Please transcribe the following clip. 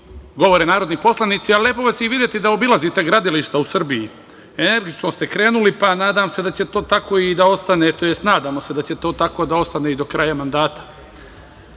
govore narodni poslanici, ali lepo vas je i videti da obilazite gradilišta u Srbiji. Energično ste krenuli, pa nadam se da će to tako i da ostane, tj. nadamo se da će to tako da ostane i do kraja mandata.